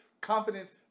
Confidence